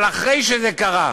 אבל אחרי שזה קרה,